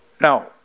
Now